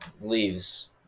leaves